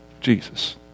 Jesus